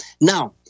Now